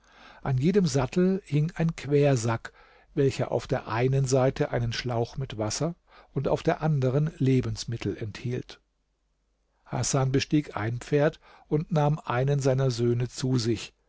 an jedem sattel hing ein quersack welcher auf der einen seite einen schlauch mit wasser und auf der anderen lebensmittel enthielt hasan bestieg ein pferd und nahm einen seiner söhne zu sich